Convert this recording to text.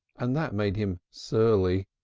and that made him surly.